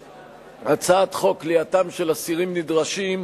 הצעת חוק כליאתם של אסירים נדרשים,